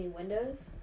windows